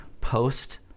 post